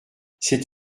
c’est